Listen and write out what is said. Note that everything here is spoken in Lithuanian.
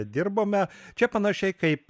dirbome čia panašiai kaip